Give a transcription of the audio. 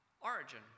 origin